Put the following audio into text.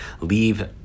leave